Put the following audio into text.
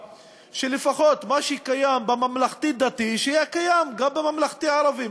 שלפחות מה שקיים בממלכתי-דתי יהיה קיים גם בממלכתי הערבי.